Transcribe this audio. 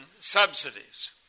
subsidies